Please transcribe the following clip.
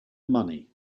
money